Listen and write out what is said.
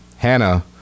Hannah